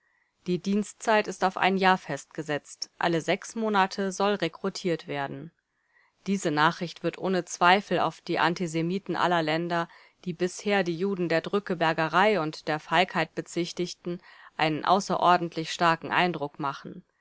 die dienstzeit ist auf ein jahr festgesetzt alle sechs monate soll rekrutiert werden diese nachricht wird ohne zweifel auf die antisemiten aller länder die bisher die juden der drückebergerei und der feigheit bezichtigten einen außerordentlich starken eindruck machen